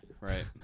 Right